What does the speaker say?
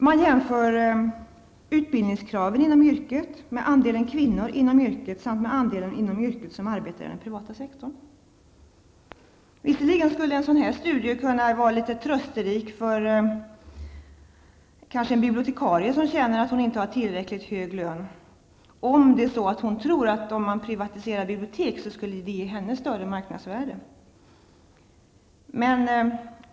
Man jämför utbildningskraven inom yrket med andelen kvinnor inom yrket samt med andelen inom yrket som arbetar inom den privata sektorn. Visserligen skulle en sådan studie kanske kunna vara trösterik för en bibliotekarie som känner att hon inte har tillräckligt hög lön, om hon tror att om man privatiserar bibliotek skulle det ge henne större marknadsvärde.